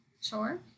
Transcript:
sure